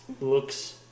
looks